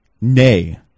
Nay